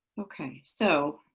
okay. so